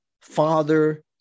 father